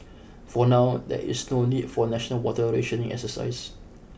for now there is no need for national water rationing exercises